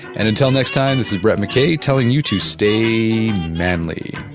and until next time this is brett mckay telling you to stay manly